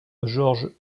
georges